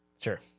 Sure